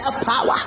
power